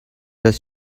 does